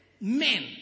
men